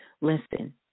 listen